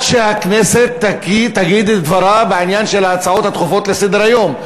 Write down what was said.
שהכנסת תגיד את דברה בעניין של ההצעות הדחופות לסדר-היום.